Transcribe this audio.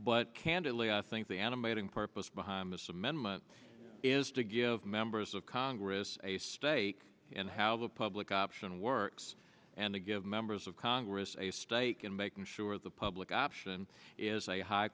but candidly i think the animating purpose behind this amendment is to give members of congress a stake in how the public option works and to give members of congress a stake in making sure the public option is a high